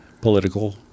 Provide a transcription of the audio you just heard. Political